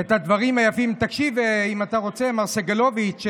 את הדברים היפים, תקשיב אם אתה רוצה, מר סגלוביץ'.